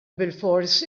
bilfors